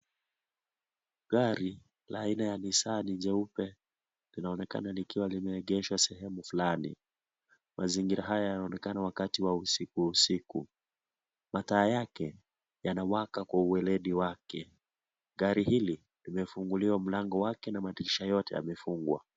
Gari la Aina ya Nisani jeupe linaonekana likiwa limeegeshwa sehemu fulani. Mazingira haya ni wakati wa usiku usiku. Mataa yake yanawaka kwa uewedi wake. Gari hili limefunguliwa mlango wake na madirisha yote yamefungwa.